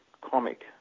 comic